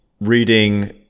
reading